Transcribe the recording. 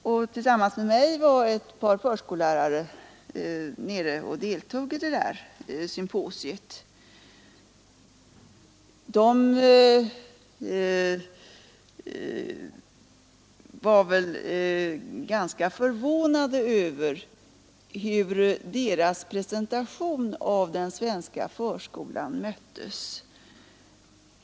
Jag deltog i det symposiet tillsammans med bl.a. några förskollärare, som var ganska förvånade över hur positivt deras presentation av den svenska förskolan mottogs.